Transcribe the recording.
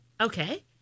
Okay